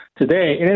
today